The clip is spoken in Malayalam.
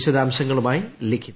വിശദാംശങ്ങളുമായി ലിഖിത